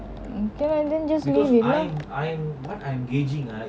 okay lah then then just leave it lah